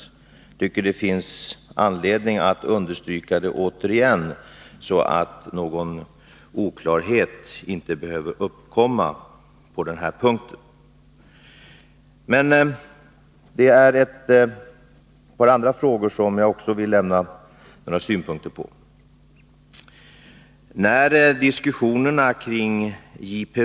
Jag tycker att det finns anledning att understryka detta återigen, så att inte någon oklarhet behöver uppkomma på den här punkten. Det är ett par andra frågor som jag också vill lämna synpunkter på. När diskussionerna kring J.P.